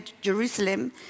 Jerusalem